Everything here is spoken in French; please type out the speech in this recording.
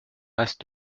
masse